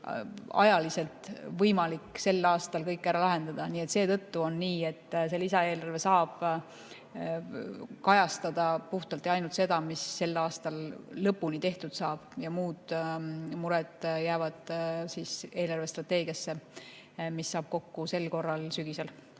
ajaliselt võimalik sel aastal kõiki ära teha. Seetõttu on nii, et lisaeelarve saab kajastada puhtalt ja ainult seda, mis sel aastal lõpuni tehtud saab. Muud mured jäävad eelarvestrateegia [lahendada], mis saab kokku sel korral sügisel.